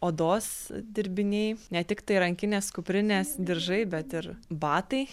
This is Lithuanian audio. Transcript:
odos dirbiniai ne tiktai rankinės kuprinės diržai bet ir batai